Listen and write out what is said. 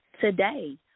today